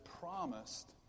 promised